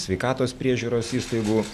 sveikatos priežiūros įstaigų